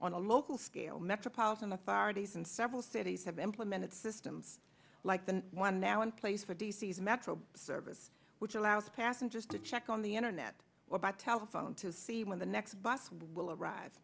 on a local scale metropolitan authorities and several cities have implemented systems like the one now in place for d c s metro service which allows passengers to check on the internet or by telephone to see when the next bus will ar